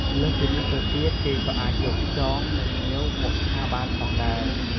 លើសពីនេះទៅទៀតគេក៏អាចយក ខ្យង និងងាវ មកឆាបានផងដែរ។